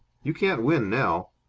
you can't win now.